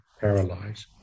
paralyzed